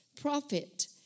profit